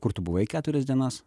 kur tu buvai keturias dienas